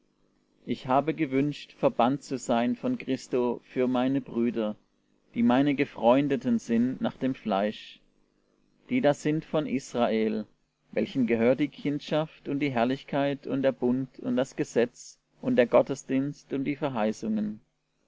ich habe gewünscht verbannt zu sein von christo für meine brüder die meine gefreundeten sind nach dem fleisch die da sind von israel welchen gehört die kindschaft und die herrlichkeit und der bund und das gesetz und der gottesdienst und die verheißungen